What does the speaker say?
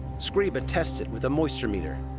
scriba tests it with a moisture meter.